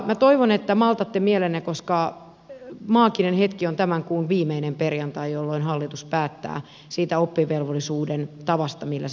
minä toivon että maltatte mielenne koska maaginen hetki on tämän kuun viimeinen perjantai jolloin hallitus päättää siitä oppivelvollisuuden tavasta millä se tehdään